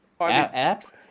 apps